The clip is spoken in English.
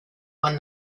one